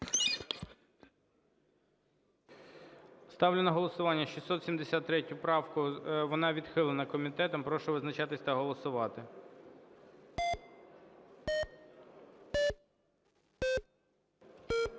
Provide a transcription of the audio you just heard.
Ставлю на голосування 673 правку, вона відхилена комітетом. Прошу визначатися та голосувати. 10:42:51